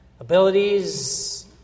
Abilities